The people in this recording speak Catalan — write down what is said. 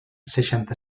seixanta